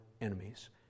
enemies